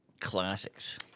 classics